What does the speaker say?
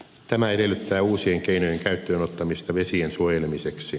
tämä edellyttää uusien keinojen käyttöönottamista vesien suojelemiseksi